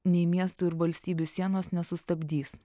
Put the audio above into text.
nei miestų ir valstybių sienos nesustabdys